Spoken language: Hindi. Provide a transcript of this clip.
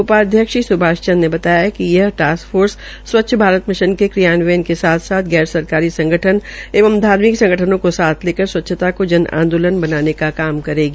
उपाध्यक्ष श्री सुभाष चंद ने बताया कि यह task force Swachh Bharat mission के क्रियान्वयन के साथ साथ गैर सरकारी संगठन एवं धार्मिक संगठनों को लेकर स्वच्छता को जन आंदोलन बनाने का काम करेगी